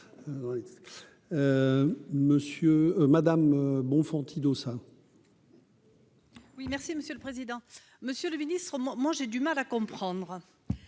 Madame Bonfanti Dossat. Oui merci monsieur le président, Monsieur le Ministre, moi j'ai du mal à comprendre